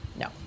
No